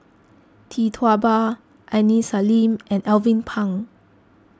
Tee Tua Ba Aini Salim and Alvin Pang